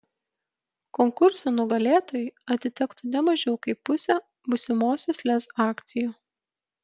konkurso nugalėtojui atitektų ne mažiau kaip pusė būsimosios lez akcijų